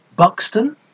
Buxton